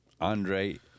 Andre